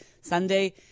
Sunday